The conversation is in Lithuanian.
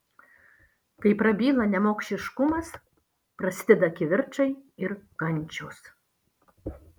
kai prabyla nemokšiškumas prasideda kivirčai ir kančios